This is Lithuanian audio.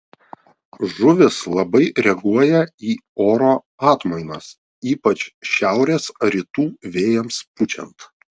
žuvys labai reaguoja į oro atmainas ypač šiaurės ar rytų vėjams pučiant